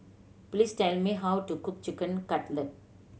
please tell me how to cook Chicken Cutlet